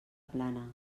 plana